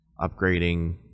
upgrading